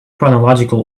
chronological